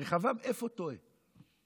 רחבעם, איפה הוא טועה?